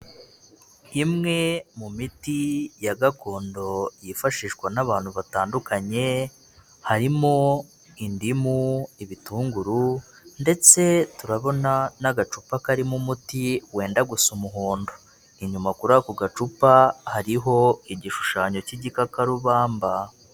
Imwe mu miti ya gakondo yifashishwa n'abantu batandukanye, harimo indimu, ibitunguru ndetse turabona n'agacupa karimo umuti wenda gusa umuhondo, inyuma kuri ako gacupa hariho igishushanyo cy'igikakarubamba.